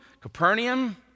Capernaum